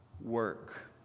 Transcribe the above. work